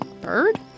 bird